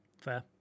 fair